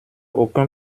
aucun